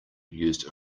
used